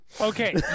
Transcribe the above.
okay